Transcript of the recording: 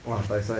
!wah! dai sai